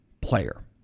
player